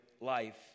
life